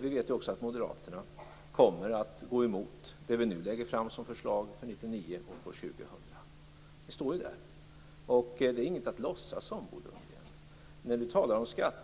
Vi vet också att moderaterna kommer att gå emot det som vi nu lägger fram som förslag för 1999 och 2000. Det står klart, och det är inget att hyckla om, Bo Lundgren.